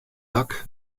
dak